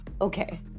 okay